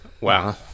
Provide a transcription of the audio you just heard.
Wow